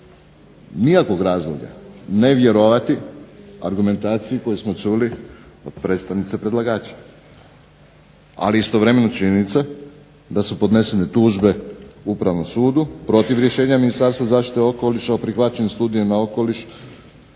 nikakvog razloga ne vjerovati argumentaciji koju smo čuli od predstavnice predlagača, ali je istovremeno činjenica da su podnesene tužbe Upravnom sudu protiv rješenja Ministarstva zaštite okoliša o prihvaćenoj studiji na okoliš